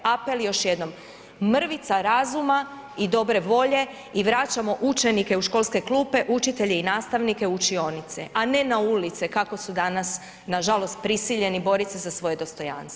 Apel još jednom, mrvica razuma i dobre volje i vraćamo učenike u školske klupe, učitelje i nastavnike u učionice a ne na ulice kako su danas nažalost prisiljeni borit se za svoje dostojanstvo.